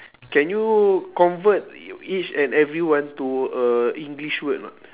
can you convert e~ each and every one to a english word or not